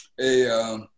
-a